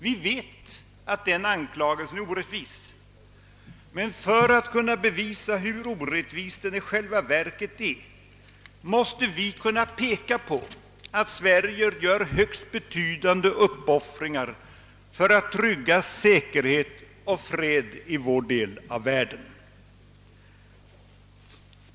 Vi vet att den anklagelsen är orättvis. Men för att kunna bevisa hur orättvis den i själva verket är måste vi kunna peka på att Sverige gör högst betydande uppoffringar för att trygga säkerhet och fred i vår del av världen.